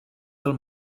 del